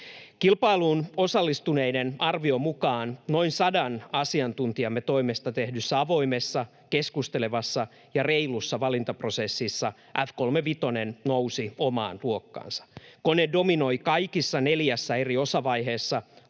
Kilpailuun osallistuneiden arvion mukaan noin sadan asiantuntijamme toimesta tehdyssä avoimessa, keskustelevassa ja reilussa valintaprosessissa F-35 nousi omaan luokkaansa. Kone dominoi kaikissa neljässä eri osavaiheessa: